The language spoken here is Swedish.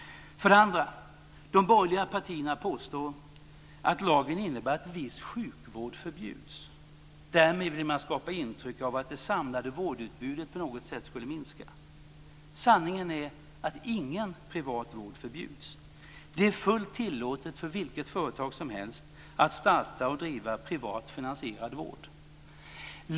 För det andra: De borgerliga partierna påstår att lagen innebär att viss sjukvård förbjuds. Därmed vill man skapa intryck av att det samlade vårdutbudet på något sätt skulle minska. Sanningen är att ingen privat vård förbjuds. Det är fullt tillåtet för vilket företag som helst att starta och driva privat finansierad vård.